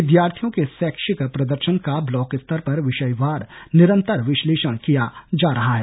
विद्यार्थियों के शैक्षिक प्रदर्शन का ब्लॉक स्तर पर विषयवार निरन्तर विश्लेषण किया जा रहा है